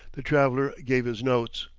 the traveller gave his notes,